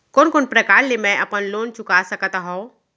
कोन कोन प्रकार ले मैं अपन लोन चुका सकत हँव?